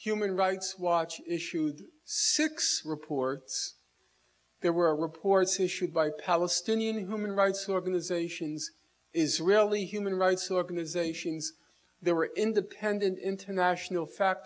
human rights watch issued six reports there were reports issued by palestinian human rights organizations is really human rights organizations there were independent international fact